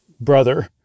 brother